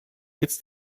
its